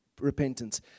repentance